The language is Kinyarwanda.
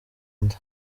nda